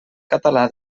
català